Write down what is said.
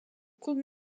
could